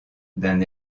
d’un